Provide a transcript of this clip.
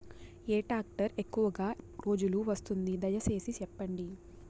ఏ tractor ఎక్కువగా రోజులు వస్తుంది, దయసేసి చెప్పండి?